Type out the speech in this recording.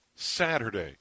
Saturday